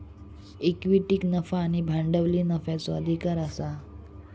इक्विटीक नफा आणि भांडवली नफ्याचो अधिकार आसा